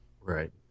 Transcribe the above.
Right